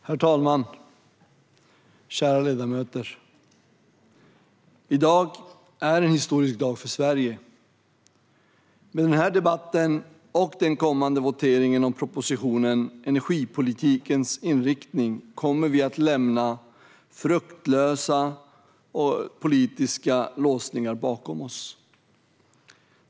Herr talman! Kära ledamöter! I dag är en historisk dag för Sverige. Med denna debatt och den kommande voteringen om propositionen Energipolitikens inriktning kommer vi att lämna fruktlösa politiska låsningar bakom oss.